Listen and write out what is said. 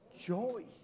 Joy